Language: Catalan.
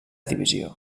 divisió